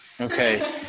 Okay